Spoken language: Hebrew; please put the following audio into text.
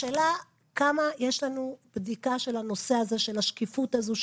השאלה כמה יש לנו בדיקה של הנושא הזה של השקיפות הזו,